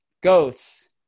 goats